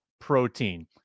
protein